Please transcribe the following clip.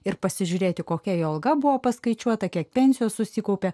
ir pasižiūrėti kokia jo alga buvo paskaičiuota kiek pensijos susikaupė